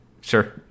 Sure